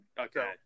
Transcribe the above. Okay